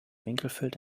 winkelfeld